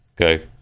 okay